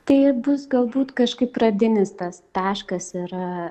tai bus galbūt kažkaip pradinis tas taškas ir